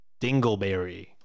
Dingleberry